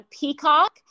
Peacock